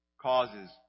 causes